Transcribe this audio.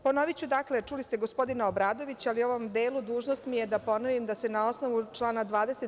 Ponoviću, dakle, čuli ste gospodina Obradovića, ali u ovom delu dužnost mi je da pomenem da, na osnovu člana 20.